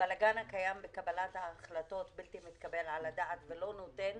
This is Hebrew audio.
הבלגן הקיים בקבלת ההחלטות בלתי מתקבל על הדעת ולא נותן